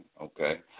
okay